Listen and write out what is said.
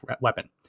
weapon